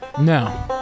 No